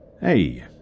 Hey